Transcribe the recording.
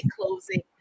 closing